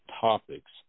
topics